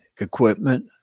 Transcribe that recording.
equipment